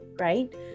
right